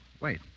wait